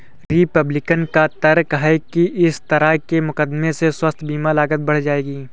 Republican का तर्क है कि इस तरह के मुकदमों से स्वास्थ्य बीमा लागत बढ़ जाएगी